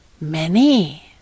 Many